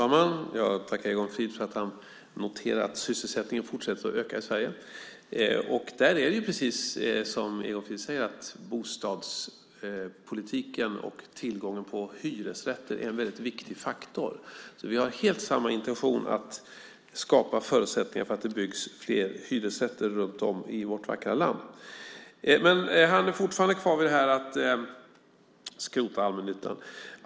Fru talman! Jag tackar Egon Frid för att han noterar att sysselsättningen fortsätter att öka i Sverige. Där är ju, precis som Egon frid säger, bostadspolitiken och tillgången på hyresrätter en väldigt viktig faktor. Så vi har helt samma intention att skapa förutsättningar för att det byggs fler hyresrätter runt om i vårt vackra land. Men han är fortfarande kvar vid det här med att skrota allmännyttan.